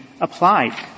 applied